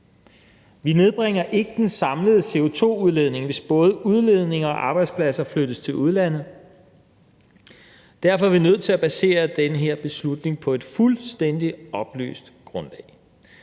Vi nedbringer ikke den samlede CO2-udledning, hvis både udledning og arbejdspladser flyttes til udlandet. Derfor er vi nødt til at basere den her beslutning på et fuldstændig oplyst grundlag.